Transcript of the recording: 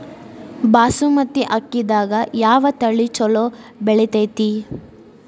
ಬಾಸುಮತಿ ಅಕ್ಕಿದಾಗ ಯಾವ ತಳಿ ಛಲೋ ಬೆಳಿತೈತಿ?